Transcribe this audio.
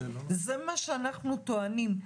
זה מה שאנחנו טוענים.